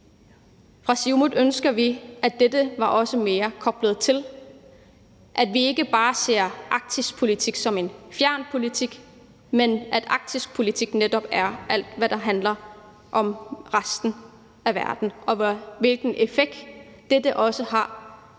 I Siumut ønsker vi, at dette er mere koblet sammen, så vi ikke bare ser Arktispolitik som en fjern politik, men så Arktispolitik netop er alt, hvad der handler om resten af verden, og så vi også ser